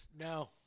No